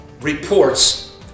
reports